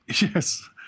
yes